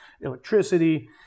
electricity